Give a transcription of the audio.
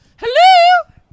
Hello